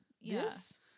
Yes